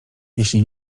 jeśli